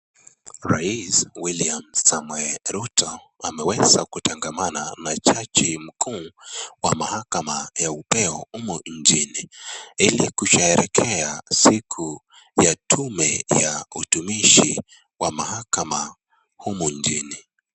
Rais William Samoei RUto ameweza kutangamana na jaji mkuu wa mahakama ya upeo humu nchini ili kusherehekea siku ya tume ya utumishi wa mahakama humu nchini.